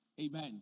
Amen